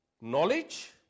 knowledge